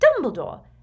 Dumbledore